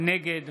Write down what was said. נגד